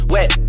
Wet